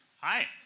Hi